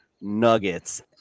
nuggets